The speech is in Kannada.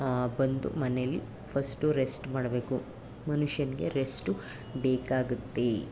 ಬಂದು ಮನೇಲಿ ಫಸ್ಟು ರೆಸ್ಟ್ ಮಾಡಬೇಕು ಮನುಷ್ಯನಿಗೆ ರೆಸ್ಟು ಬೇಕಾಗುತ್ತೆ